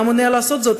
מה מונע לעשות זאת,